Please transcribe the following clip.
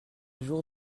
jour